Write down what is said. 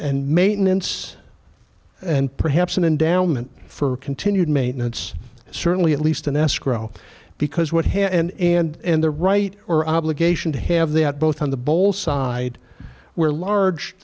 and maintenance and perhaps an endowment for continued maintenance certainly at least in escrow because what happened and the right or obligation to have that both on the bowl side were large